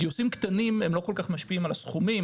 קטנים לא כול כך משפיעים על הסכומים,